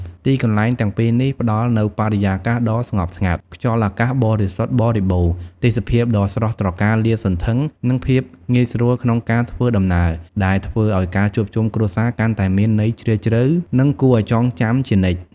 ទីកន្លែងទាំងពីរនេះផ្តល់នូវបរិយាកាសដ៏ស្ងប់ស្ងាត់ ខ្យល់អាកាសបរិសុទ្ធបរិបូរណ៍ ទេសភាពដ៏ស្រស់ត្រកាលលាតសន្ធឹង និងភាពងាយស្រួលក្នុងការធ្វើដំណើរ ដែលធ្វើឲ្យការជួបជុំគ្រួសារកាន់តែមានន័យជ្រាលជ្រៅ និងគួរឲ្យចងចាំជានិច្ច។